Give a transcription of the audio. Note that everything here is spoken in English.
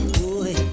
boy